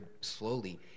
slowly